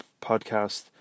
podcast